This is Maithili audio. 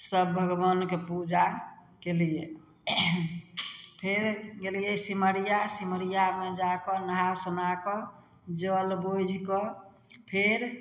सब भगवानके पूजा कयलियनि फेर गेलियै सिमरिया सिमरियामे जा कऽ नहा सुना कऽ जल बोझि कऽ फेर